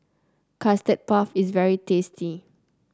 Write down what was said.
Custard Puff is very tasty